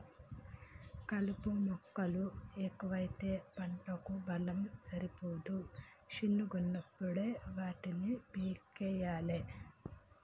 కలుపు మొక్కలు ఎక్కువైతే పంటకు బలం సరిపోదు శిన్నగున్నపుడే వాటిని పీకేయ్యలే